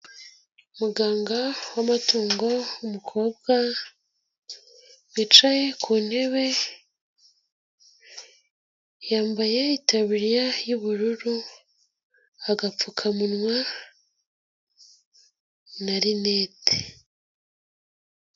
Muganga w'amatungo w'umukobwa wicaye ku ntebe, yambaye itaburiya y'ubururu, agapfukamunwa na linete.